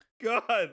God